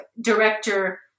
director